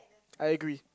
I agree